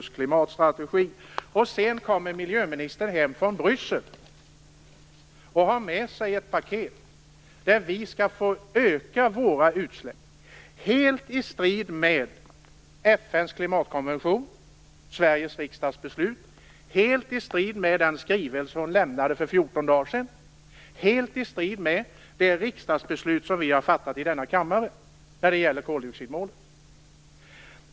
Sedan kommer miljöministern hem från Bryssel och har med sig ett paket där vi skall få öka våra utsläpp helt i strid med FN:s klimatkonvention, Sveriges riksdags beslut, den skrivelse hon lämnade för 14 dagar sedan och det riksdagsbeslut som vi har fattat i denna kammare när det gäller koldioxidmålet.